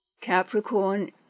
Capricorn